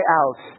out